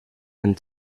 and